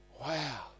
Wow